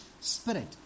spirit